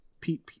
Pete